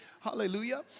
Hallelujah